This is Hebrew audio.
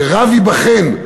שרב ייבחן,